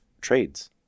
trades